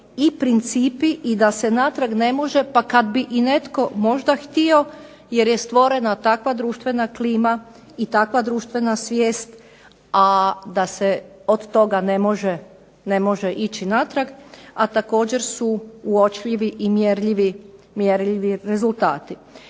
i principi i da se natrag ne može pa kad bi i netko možda htio, jer je stvorena takva društvena klima i takva društvena svijest, a da se od toga ne može ići natrag, a također su uočljivi i mjerljivi rezultati.